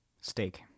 Steak